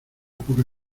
poca